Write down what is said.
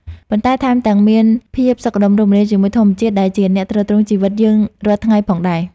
ប៉ុន្តែថែមទាំងមានភាពសុខដុមរមនាជាមួយធម្មជាតិដែលជាអ្នកទ្រទ្រង់ជីវិតយើងរាល់ថ្ងៃផងដែរ។